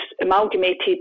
amalgamated